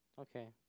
Okay